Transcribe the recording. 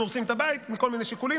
אנחנו הורסים את הבית מכל מיני שיקולים,